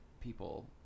people